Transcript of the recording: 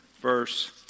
verse